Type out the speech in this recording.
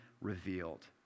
revealed